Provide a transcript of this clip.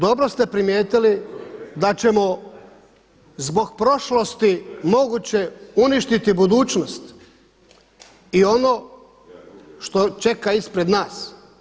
Dobro ste primijetili da ćemo zbog prošlosti moguće uništiti budućnost i ono što čeka ispred nas.